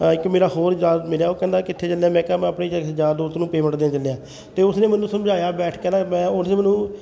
ਇੱਕ ਮੇਰਾ ਹੋਰ ਯਾਰ ਮਿਲਿਆ ਉਹ ਕਹਿੰਦਾ ਕਿੱਥੇ ਚੱਲਿਆ ਮੈਂ ਕਿਹਾ ਮੈਂ ਆਪਣੇ ਕਿਸੇ ਯਾਰ ਦੋਸਤ ਨੂੰ ਪੇਮੈਂਟ ਦੇਣ ਚੱਲਿਆ ਅਤੇ ਉਸ ਨੇ ਮੈਨੂੰ ਸਮਝਾਇਆ ਬੈਠ ਕਹਿੰਦਾ ਉਹਨੇ ਮੈਨੂੰ